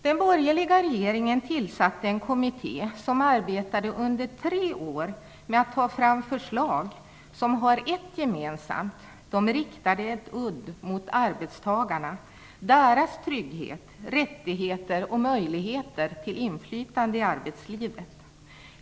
Den borgerliga regeringen tillsatte en kommitté som arbetade i tre år med att ta fram förslag som har ett gemensamt: de riktade en udd mot arbetstagarna, mot deras trygghet, rättigheter och möjligheter till inflytande i arbetslivet.